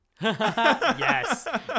Yes